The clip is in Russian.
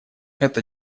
это